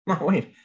Wait